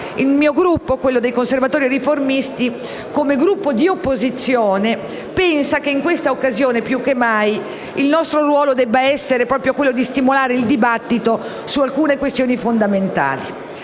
il mio Gruppo, quello dei Conservatori e Riformisti, come opposizione pensa che in questa occasione più che mai il nostro ruolo debba essere quello di stimolare il dibattito su alcune questioni fondamentali.